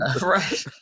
Right